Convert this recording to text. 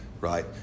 right